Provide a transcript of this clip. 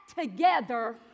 together